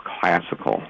classical